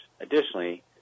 additionally